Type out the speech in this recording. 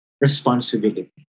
responsibility